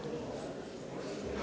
Hvala.